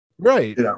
right